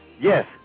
Yes